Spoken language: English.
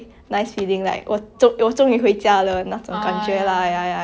okay what's what's your second wish